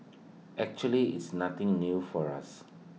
actually it's nothing new for us